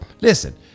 Listen